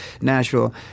Nashville